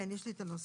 כן, יש לי את הנוסח.